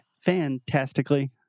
fantastically